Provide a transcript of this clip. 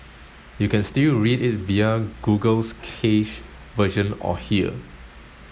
you can still read it via Google's cached version or here